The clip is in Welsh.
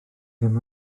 ddim